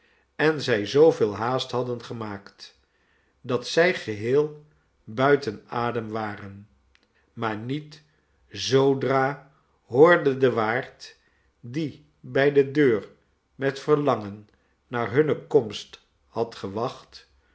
en zij zooveel haast hadden gemaakt dat zij geheel buiten adem waren maar niet zoodra hoorde de waard die bij de deur met verlangen naar hunne komst had gewacht